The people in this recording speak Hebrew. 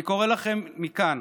אני קורא לכם מכאן,